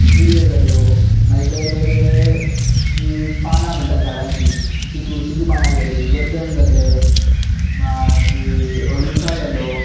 मिऱ्यो जाल्यो मागीर वेगळेवेगळे जीं पानां म्हणटात झाडांचीं जशीं तुळशीचीं पानां जालीं गंजन जालें मागीर अदुळसा जालो